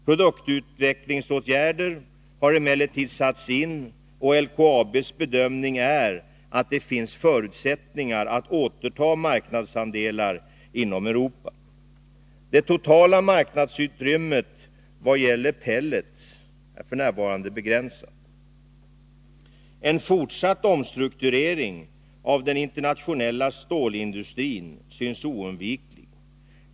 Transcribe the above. Produktutvecklingsåtgärder har emellertid satts in, och LKAB:s bedömning är att det finns förutsättningar att återta marknadsandelar inom Europa. Det totala marknadsutrymmet vad gäller pellets är f. n. begränsat. En fortsatt omstrukturering av den internationella stålindustrin synes oundviklig.